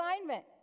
assignment